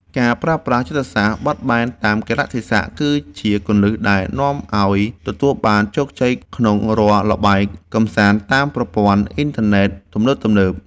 ការប្រើប្រាស់យុទ្ធសាស្ត្របត់បែនតាមកាលៈទេសៈគឺជាគន្លឹះដែលនាំឱ្យទទួលបានជោគជ័យក្នុងរាល់ល្បែងកម្សាន្តតាមប្រព័ន្ធអ៊ីនធឺណិតទំនើបៗ។